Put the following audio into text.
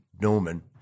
Norman